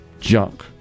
junk